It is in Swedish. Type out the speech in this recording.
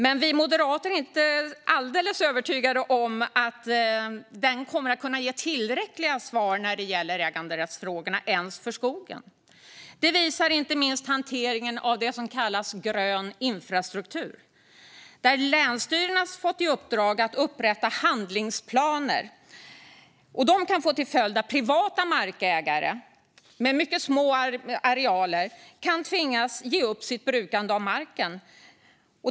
Men vi moderater är inte alldeles övertygade om att den kommer att kunna ge tillräckliga svar när det gäller äganderättsfrågorna ens för skogen. Det visar inte minst hanteringen av det som kallas grön infrastruktur, där länsstyrelserna har fått i uppdrag att upprätta handlingsplaner som kan få till följd att privata markägare med mycket små arealer kan tvingas ge upp sitt brukande av marken.